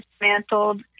dismantled